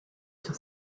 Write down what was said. sur